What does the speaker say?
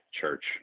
church